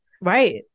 Right